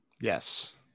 yes